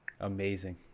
Amazing